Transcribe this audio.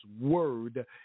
word